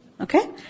Okay